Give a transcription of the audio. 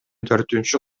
төртүнчү